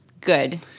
good